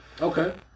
Okay